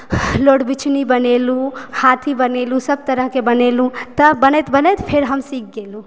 लोरबिछनी बनेलहुॅं हाथी बनेलहुॅं सब तरह के बनेलहुॅं तब बनैत बनैत हम सीख गेलहुॅं